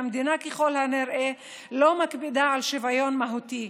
המדינה ככל הנראה לא מקפידה על שוויון מהותי.